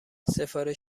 سفارش